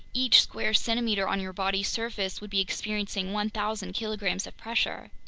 each square centimeter on your body's surface would be experiencing one thousand kilograms of pressure.